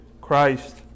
Christ